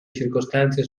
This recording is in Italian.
circostanze